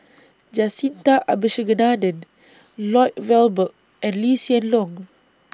Jacintha Abisheganaden Lloyd Valberg and Lee Hsien Loong